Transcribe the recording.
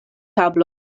tablo